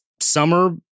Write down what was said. summer